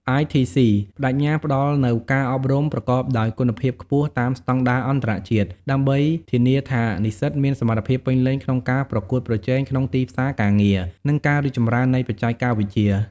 ITC ប្តេជ្ញាផ្តល់នូវការអប់រំប្រកបដោយគុណភាពខ្ពស់ តាមស្តង់ដារអន្តរជាតិ ដើម្បីធានាថានិស្សិតមានសមត្ថភាពពេញលេញក្នុងការប្រកួតប្រជែងក្នុងទីផ្សារការងារ និងការរីកចម្រើននៃបច្ចេកវិទ្យា។